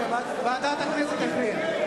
ועדת הכנסת תכריע.